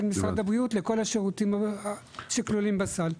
משרד הבריאות לכל השירותים שכלולים בסל.